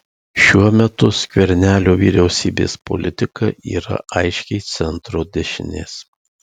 šiuo metu skvernelio vyriausybės politika yra aiškiai centro dešinės